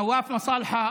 להלן תרגומם: נואף מסאלחה,